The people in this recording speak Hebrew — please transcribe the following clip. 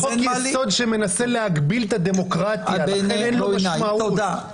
זה חוק יסוד שמנסה להגביל את הדמוקרטיה ולכן אין לו משמעות.